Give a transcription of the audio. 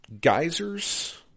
geysers